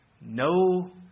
no